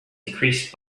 increasing